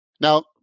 Now